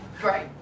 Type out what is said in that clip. Great